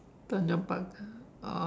Tanjong-Pagar